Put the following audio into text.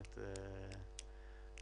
מיסוי.